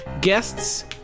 guests